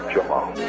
Jamal